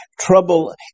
trouble